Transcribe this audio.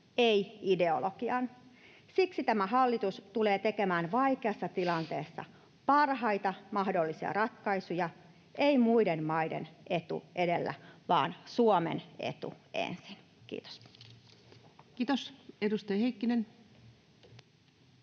ei ideologian. Siksi tämä hallitus tulee tekemään vaikeassa tilanteessa parhaita mahdollisia ratkaisuja ei muiden maiden etu edellä vaan Suomen etu ensin. — Kiitos. Kiitos. — Edustaja Heikkinen.